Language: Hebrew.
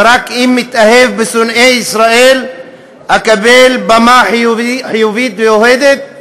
ורק אם אתאהב בשונאי ישראל אקבל במה חיובית ואוהדת?